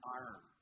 iron